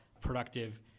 productive